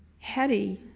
hetty,